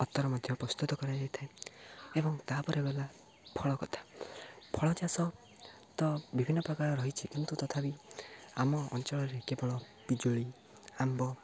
ଅତର ମଧ୍ୟ ପ୍ରସ୍ତୁତ କରାଯାଇଥାଏ ଏବଂ ତା'ପରେ ଗଲା ଫଳ କଥା ଫଳ ଚାଷ ତ ବିଭିନ୍ନ ପ୍ରକାର ରହିଛି କିନ୍ତୁ ତଥାପି ଆମ ଅଞ୍ଚଳରେ କେବଳ ପିଜୁଳି ଆମ୍ୱ